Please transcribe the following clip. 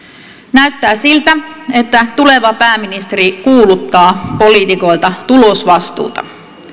näyttää siltä että tuleva pääministeri kuuluttaa poliitikoilta tulosvastuuta